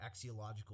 axiological